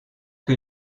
que